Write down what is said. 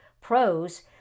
pros